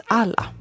alla